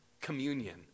Communion